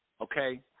Okay